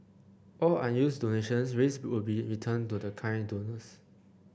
all unused donations raised will be returned to the kind donors